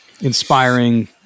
inspiring